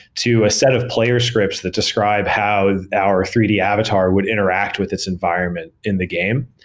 to a set of player scripts that describe how our three d avatar would interact with its environment in the game.